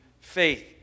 faith